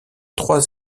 trois